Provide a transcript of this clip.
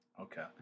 Okay